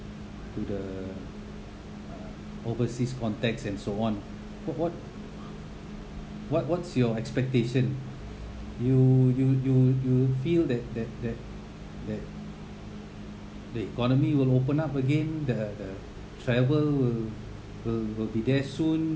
to the uh overseas contacts and so on what what what what's your expectation you you you you feel that that that that the economy will open up again the the travel will will be there soon